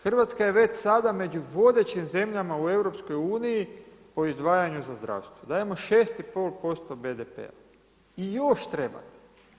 Hrvatska je već sada među vodećim zemljama u EU, po izdvajanju za zdravstvo, dajemo 6,5% BDP-a i još trebate.